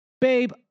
Babe